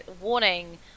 warning